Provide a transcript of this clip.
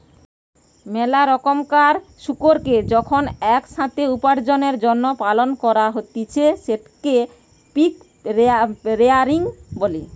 মেলা রোকমকার শুকুরকে যখন এক সাথে উপার্জনের জন্য পালন করা হতিছে সেটকে পিগ রেয়ারিং বলে